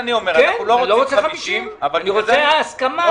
אומר לא רוצה 50 אבל --- זו ההסכמה.